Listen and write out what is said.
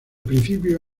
principio